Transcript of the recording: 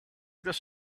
this